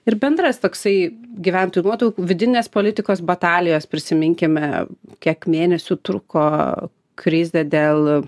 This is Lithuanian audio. ir bendras toksai gyventojų nuotaukų vidinės politikos batalijos prisiminkime kiek mėnesių truko krizė dėl